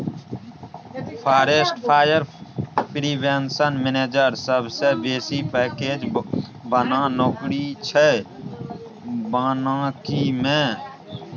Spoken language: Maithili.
फारेस्ट फायर प्रिवेंशन मेनैजर सबसँ बेसी पैकैज बला नौकरी छै बानिकी मे